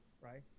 Right